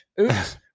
Oops